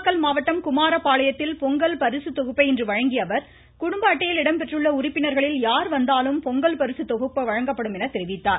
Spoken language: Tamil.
நாமக்கல் மாவட்டம் குமாரபாளையத்தில் பொங்கல் பரிசு தொகுப்பை இன்று வழங்கிய அவர் குடும்ப அட்டையில் இடம்பெற்றுள்ள உறுப்பினர்களில் யார் வந்தாலும் பொங்கல் பரிசு தொகுப்பு வழங்கப்படும் என்றும் அமைச்சர் கூறினார்